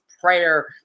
prayer